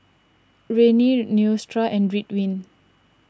Rene and Ridwind